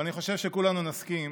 אני חושב שכולנו נסכים